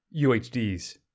UHDs